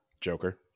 Joker